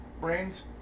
brains